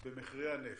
במחירי הנפט,